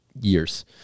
Years